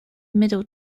middle